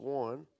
one